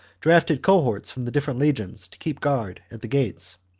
drafted cohorts from the different legions to keep guard at the gates,